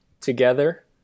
together